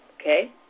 okay